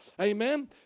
Amen